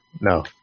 No